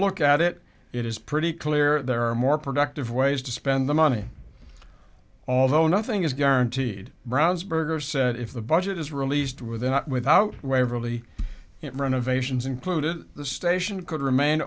look at it it is pretty clear there are more productive ways to spend the money although nothing is guaranteed brownsburg are said if the budget is released without without reverently renovations included the station could remain